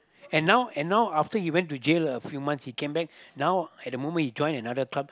and now and now after he went to jail a few months he came back now at the moment he join another club